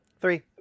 Three